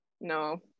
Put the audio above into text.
No